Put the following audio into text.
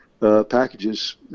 packages